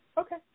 Okay